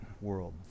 world